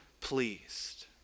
pleased